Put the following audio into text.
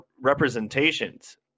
representations